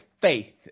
faith